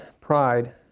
pride